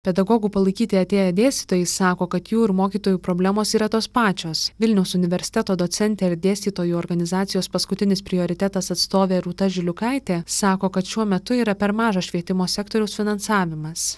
pedagogų palaikyti atėję dėstytojai sako kad jų ir mokytojų problemos yra tos pačios vilniaus universiteto docentė ir dėstytojų organizacijos paskutinis prioritetas atstovė rūta žiliukaitė sako kad šiuo metu yra per mažas švietimo sektoriaus finansavimas